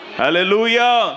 hallelujah